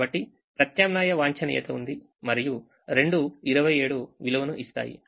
కాబట్టి ప్రత్యామ్నాయ వాంఛనీయత ఉంది మరియు రెండూ 27 విలువను ఇస్తాయి